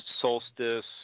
solstice